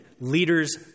leaders